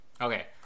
okay